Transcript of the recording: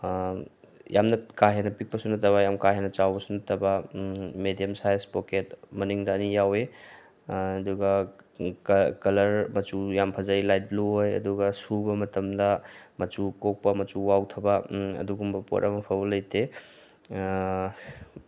ꯌꯥꯝꯅ ꯀꯥꯍꯦꯟꯅ ꯄꯤꯛꯄꯁꯨ ꯅꯠꯇꯕ ꯌꯥꯝ ꯀꯥꯍꯦꯟꯅ ꯆꯥꯎꯕꯁꯨ ꯅꯠꯇꯕ ꯃꯦꯗꯤꯌꯝ ꯁꯥꯏꯖ ꯄꯣꯀꯦꯠ ꯃꯅꯤꯡꯗ ꯑꯅꯤ ꯌꯥꯎꯋꯦ ꯑꯗꯨꯒ ꯀꯂꯔ ꯃꯆꯨ ꯌꯥꯝ ꯐꯖꯩ ꯂꯥꯏꯠ ꯕ꯭ꯂꯨ ꯑꯣꯏ ꯑꯗꯨꯒ ꯁꯨꯕ ꯃꯇꯝꯗ ꯃꯆꯨ ꯀꯣꯛꯄ ꯃꯆꯨ ꯋꯥꯎꯊꯕ ꯎꯝ ꯑꯗꯨꯒꯨꯝꯕ ꯄꯣꯠ ꯑꯃꯐꯥꯎꯕ ꯂꯩꯇꯦ